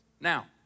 Now